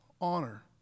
honor